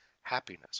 happiness